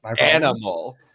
animal